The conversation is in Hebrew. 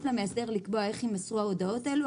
למאסדר לקבוע איך יימסרו ההודעות האלה.